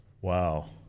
Wow